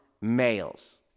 males